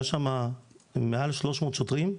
היה שם מעל 300 שוטרים.